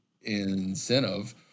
incentive